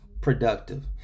productive